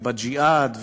ובג'יהאד,